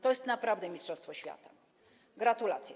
To jest naprawdę mistrzostwo świata, gratulacje.